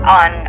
on